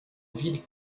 ville